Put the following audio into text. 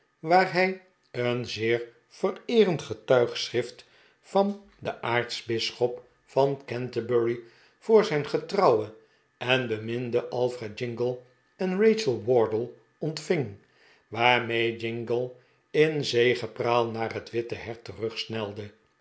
waar hij een zeer vereerend getuigschrift van den aartsbisschop van canterbury voor zijn getrouwe en beminde alfred jingle en rachel wardle ontving waarmede jingle in zegepraal naar het witte hert